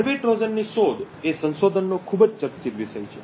hardware ટ્રોજનની શોધ એ સંશોધનનો ખૂબ જ ચર્ચિત વિષય છે